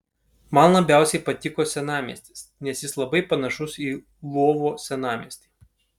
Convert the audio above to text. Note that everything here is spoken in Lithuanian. man labiausiai patiko senamiestis nes jis labai panašus į lvovo senamiestį